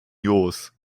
jos